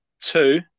two